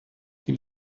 die